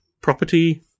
property